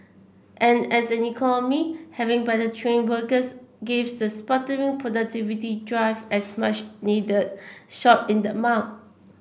and as an economy having better trained workers gives the sputtering productivity drive as much needed shot in the